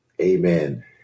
Amen